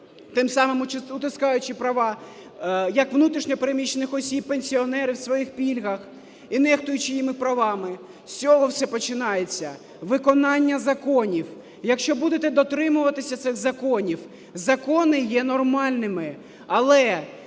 тим самим утискаючи права як внутрішньо переміщених осіб, пенсіонерів в своїх пільгах, і нехтуючи їх правами. З цього все починається – виконання законів. Якщо будете дотримуватися цих законів, закони є нормальними, але